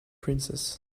princess